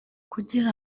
kugira